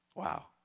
Wow